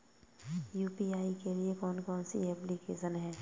UPI के लिए कौन कौन सी एप्लिकेशन हैं?